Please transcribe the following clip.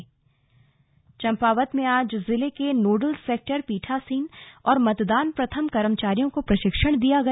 slug चुनाव तैयारी चंपावत में आज जिले के नोडल सेक्टर पीठासीन और मतदान प्रथम कर्मचारियों को प्रशिक्षण दिया गया